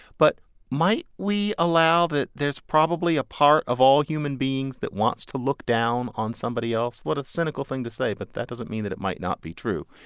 but might we allow that there's probably a part of all human beings that wants to look down on somebody else? what a cynical thing to say, but that doesn't mean that it might not be true.